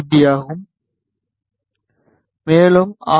பீ ஆகும் மேலும் ஆர்